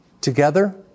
Together